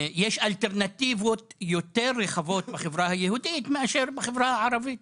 יש אלטרנטיבות יותר רחבות בחברה היהודית מאשר בחברה הערבית.